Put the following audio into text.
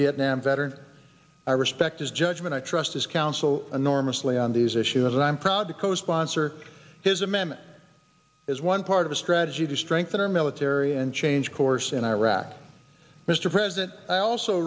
vietnam veteran i respect his judgment i trust his counsel enormously on these issues and i am proud to co sponsor his amendment as one part of a strategy to strengthen our military and change course in iraq mr president i also